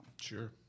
Sure